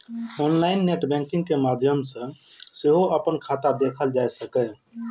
online net banking के माध्यम सं सेहो अपन खाता देखल जा सकैए